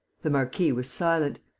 the marquis was silent.